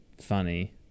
funny